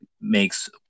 makes